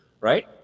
right